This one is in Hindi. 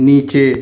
नीचे